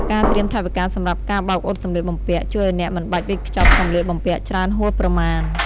ការត្រៀមថវិកាសម្រាប់ការបោកអ៊ុតសម្លៀកបំពាក់ ជួយឱ្យអ្នកមិនបាច់វេចខ្ចប់សម្លៀកបំពាក់ច្រើនហួសប្រមាណ។